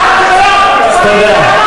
השר שטייניץ, השר שטייניץ.